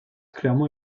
clairement